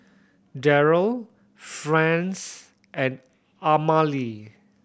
Daryle Franz and Amalie